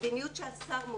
המדיניות שהשר מוביל,